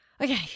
okay